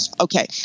Okay